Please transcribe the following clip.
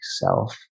self